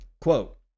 Quote